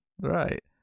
right